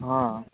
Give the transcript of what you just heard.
ହଁ